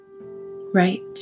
right